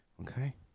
okay